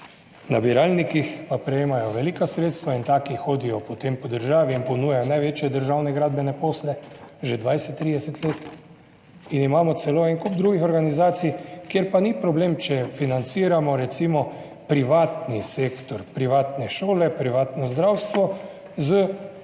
nabiralnikih, pa prejemajo velika sredstva in taki hodijo potem po državi in ponujajo največje državne gradbene posle že 20, 30 let in imamo celo en kup drugih organizacij, kjer pa ni problem, če financiramo recimo privatni sektor, privatne šole, privatno zdravstvo, z državnim